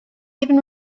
even